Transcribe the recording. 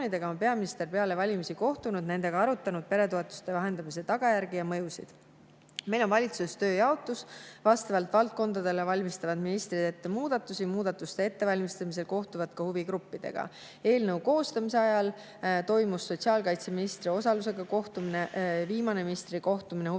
on peaminister peale valimisi kohtunud ja nendega arutanud peretoetuste vähendamise tagajärgi ja mõjusid?" Meil on valitsuses tööjaotus: vastavalt valdkondadele valmistavad ministrid ette muudatusi ja muudatuste ettevalmistamisel kohtuvad ka huvigruppidega. Eelnõu koostamise ajal toimus sotsiaalkaitseministri osalusega kohtumine. Viimane ministri kohtumine huvigrupi